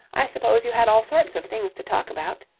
i suppose you had all sorts of things to talk about?